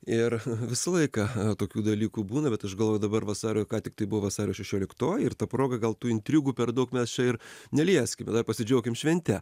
ir visą laiką tokių dalykų būna bet aš galvoju dabar vasario ką tiktai buvo vasario šešioliktoji ir ta proga gal tų intrigų per daug mes čia ir nelieskim dar pasidžiaukim švente